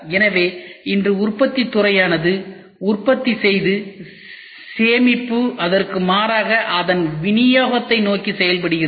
எனவே இன்று உற்பத்தித் துறையானது உற்பத்தி செய்து சேமிப்பு அதற்கு மாறாக அதன் விநியோகத்தை நோக்கி செயல்படுகிறது